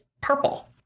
purple